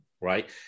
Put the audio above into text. right